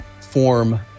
form